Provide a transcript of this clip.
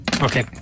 okay